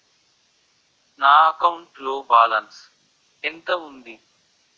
నా అకౌంట్ లో బాలన్స్ ఎంత ఉంది?